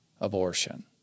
abortion